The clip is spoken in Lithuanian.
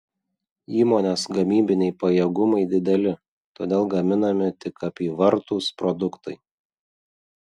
įmonės gamybiniai pajėgumai dideli todėl gaminami tik apyvartūs produktai